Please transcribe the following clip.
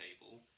table